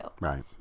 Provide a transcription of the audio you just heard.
right